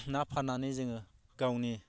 ना फान्नानै जोङो गावनि